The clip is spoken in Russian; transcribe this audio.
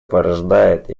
порождает